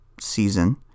season